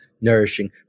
nourishing